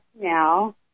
now